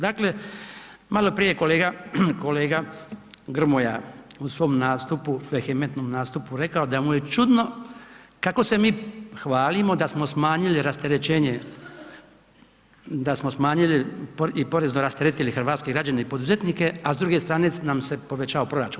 Dakle malo prije je kolega Grmoja u svom nastupu, vehementnom nastupu rekao da mu je čudno kako se mi hvalimo da smo smanjili rasterećenje, da smo smanjili i porezno rasteretili hrvatske građane i poduzetnike a s druge strane nam se povećao proračun.